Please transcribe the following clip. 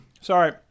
Sorry